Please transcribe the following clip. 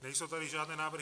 Nejsou tady žádné návrhy...